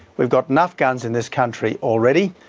we've got enough guns in this country already.